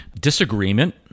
disagreement